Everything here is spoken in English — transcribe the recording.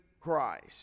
Christ